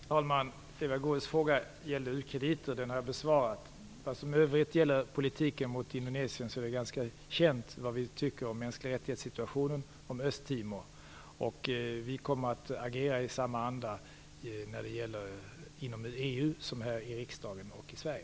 Herr talman! Eva Goës fråga gällde u-krediter, och den har jag besvarat. Vad som i övrigt gäller politiken gentemot Indonesien är det ganska känt vad vi tycker om situationen för mänskliga rättigheter och för Östtimor. Vi kommer att agera i samma anda inom EU som vi gör i riksdagen och i Sverige.